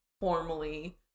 formally